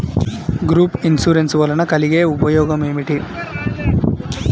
Group insurance వలన కలిగే ఉపయోగమేమిటీ?